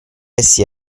essi